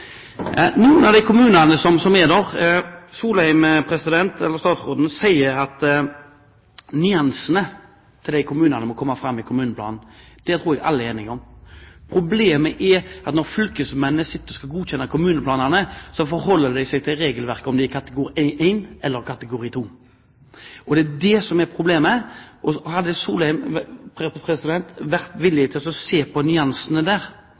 Solheim sier at nyansene når det gjelder kommunene, må komme fram i kommuneplanen. Det tror jeg alle er enige om. Problemet deres er at når fylkesmennene skal godkjenne kommuneplanene, så forholder de seg til regelverket – om de er i kategori 1 eller kategori 2. Hadde Solheim vært villig til å se på nyansene, så kunne nettopp dette med hensyn til nyansene ha vært